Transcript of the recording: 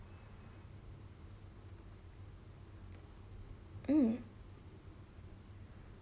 um